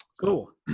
cool